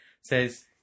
says